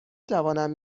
توانم